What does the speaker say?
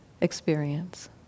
experience